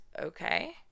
okay